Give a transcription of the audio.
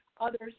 others